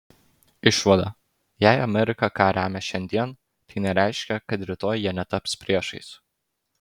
išvada jei amerika ką remia šiandien tai nereiškia kad rytoj jie netaps priešais